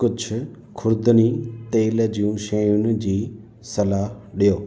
कुझु ख़ुर्दनी तेल जूं शयुनि जी सलाहु ॾियो